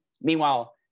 Meanwhile